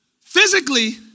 physically